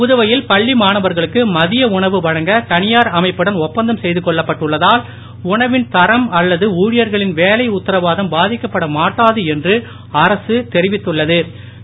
புதுவையில் பள்ளி மாணவர்களுக்கு மத்திய உணவு வழங்க தனியார் அமைப்புடன் ஒப்பந்தம் செய்து கொள்ளப்பட்டுள்ளதால் உணவின் தரம் அல்லது ஊழியர்களின் வேலை உத்தரவாரம் பாதிக்கப்பட மாட்டாது என்று அரசு தெரிவித்துள்ள து